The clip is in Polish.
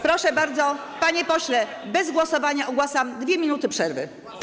Proszę bardzo, panie pośle, bez głosowania ogłaszam 2 minuty przerwy.